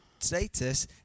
status